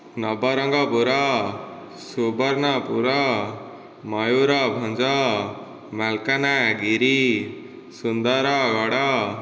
Nabarangpur Subarnapur Mayurbhanj Malkangiri Sundargarh